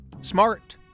smart